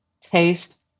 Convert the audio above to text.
taste